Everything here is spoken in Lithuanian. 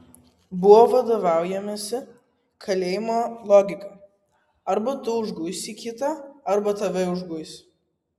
buvo vadovaujamasi kalėjimo logika arba tu užguisi kitą arba tave užguis